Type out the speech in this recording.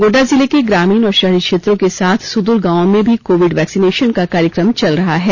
गोड्डा जिले के ग्रामीण और शहरी क्षेत्रों के साथ सुदूर गांवों में भी कोविड वैक्सीनेशन का कार्यक्रम चल रहा है